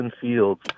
Fields